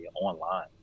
online